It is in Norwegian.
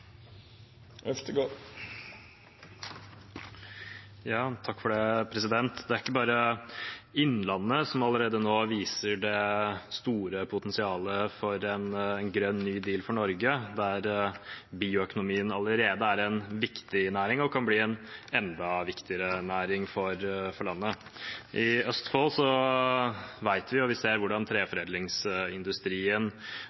Det er ikke bare Innlandet som allerede nå viser det store potensialet for en grønn, ny deal for Norge, der bioøkonomien allerede er en viktig næring og kan bli en enda viktigere næring for landet. I Østfold vet vi og ser vi hvordan